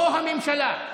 או הממשלה.